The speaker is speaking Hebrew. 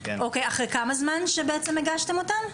אחרי כמה זמן שבעצם הגשתם את הטיוטה?